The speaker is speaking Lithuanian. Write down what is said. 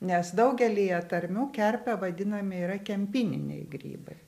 nes daugelyje tarmių kerpe vadinami yra kempininiai grybai